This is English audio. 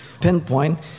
pinpoint